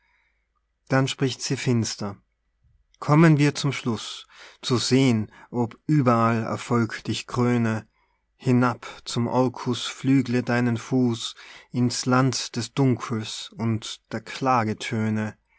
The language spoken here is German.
dann spricht sie finster kommen wir zum schluß zu sehn ob überall erfolg dich kröne hinab zum orcus flügle deinen fuß in's land des dunkels und der